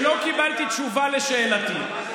שלא קיבלתי תשובה לשאלתי.